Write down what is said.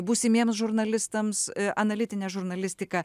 būsimiems žurnalistams analitinę žurnalistiką